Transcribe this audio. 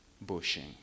bushing